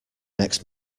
next